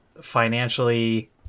financially